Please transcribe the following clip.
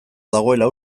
dagoela